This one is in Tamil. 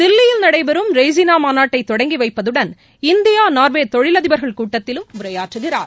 தில்லியில் நடைபெறும் ரெய்சினா மாநாட்டை தொடங்கி வைப்பதுடன் இந்தியா நார்வே தொழிலதிபர்கள் கூட்டத்திலும் உரையாற்றுகிறார்